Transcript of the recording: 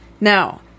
Now